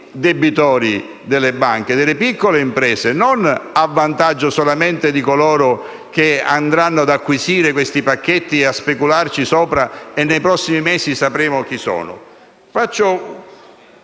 debitori delle banche, delle piccole imprese, e non solamente a vantaggio di coloro che andranno ad acquisire questi pacchetti e a specularci sopra (e nei prossimi mesi sapremo chi sono). Faccio